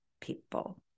people